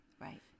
Right